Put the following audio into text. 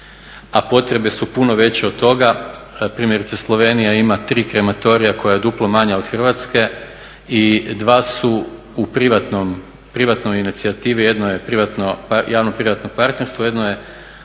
a potrebe su puno veće od toga. Primjerice Slovenija ima 3 krematorija koja je duplo manja od Hrvatske i dva su u privatnoj inicijativi, jedno je javno privatno partnerstvo jedno je